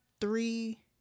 three